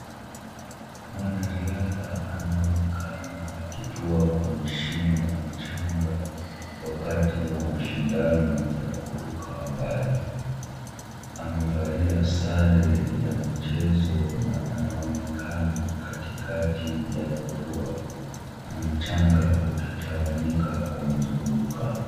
Mwanariadha anaoenakana akitua kwenye shimo la mchanga wakati wa mashindano ya kuruka mbali. Amevalia sare ya michezo na anaoenakana katikati ya kutua na mchanga ukitawanyika kumzunguka.